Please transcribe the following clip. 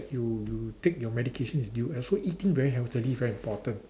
you you take your medication as due and also eating very healthily very important